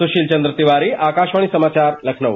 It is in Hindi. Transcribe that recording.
सुशील चंद्र तिवारी आकाशवाणी समाचार लखनऊ